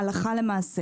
הלכה למעשה.